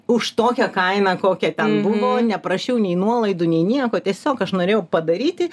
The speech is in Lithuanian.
už tokią kainą kokia ten buvo neprašiau nei nuolaidų nei nieko tiesiog aš norėjau padaryti